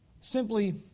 simply